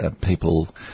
people